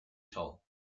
tall